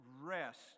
rest